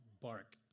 bark